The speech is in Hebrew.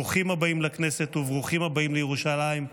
ברוכים הבאים לכנסת וברוכים הבאים לירושלים.